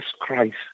Christ